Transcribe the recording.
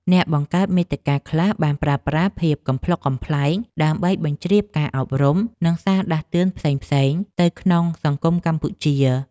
អ្នកបង្កើតមាតិកាខ្លះបានប្រើប្រាស់ភាពកំប្លុកកំប្លែង ដើម្បីបញ្ជ្រាបការអប់រំ និងសារដាស់តឿនផ្សេងៗទៅក្នុងសង្គមកម្ពុជា។